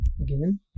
Again